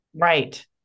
right